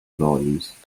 volumes